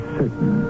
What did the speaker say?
certain